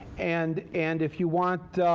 and and if you want